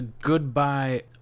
goodbye